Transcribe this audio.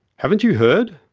haven't you heard?